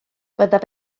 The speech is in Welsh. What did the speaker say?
byddaf